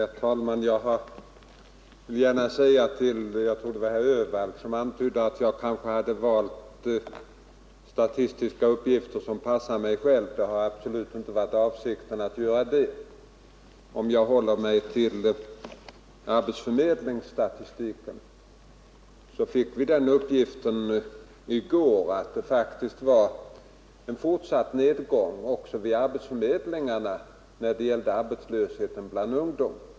Herr talman! Jag vill gärna säga till herr Öhvall med anledning av att han antydde att jag kanske hade valt statistiska uppgifter som passar mig själv att detta absolut inte har varit avsikten. Om jag i stället håller mig till arbetsförmedlingsstatistiken kan jag nämna att vi i går fick uppgiften att det i mars varit en fortsatt nedgång när det gäller arbetslösheten bland ungdom.